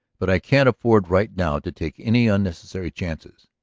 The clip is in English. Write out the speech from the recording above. but i can't afford right now to take any unnecessary chances.